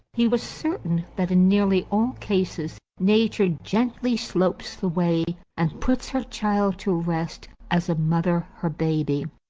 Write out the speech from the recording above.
he was certain that in nearly all cases nature gently slopes the way, and puts her child to rest as a mother her baby.